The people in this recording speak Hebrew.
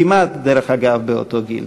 כמעט, דרך אגב, באותו גיל.